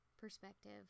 perspective